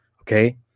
okay